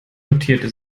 notierte